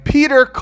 Peter